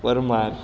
Parmar